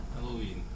Halloween